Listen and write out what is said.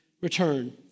return